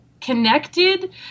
connected